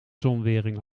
zonnewering